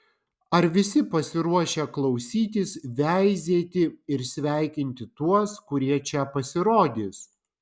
ar visi pasiruošę klausytis veizėti ir sveikinti tuos kurie čia pasirodys